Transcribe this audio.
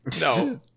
No